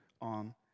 on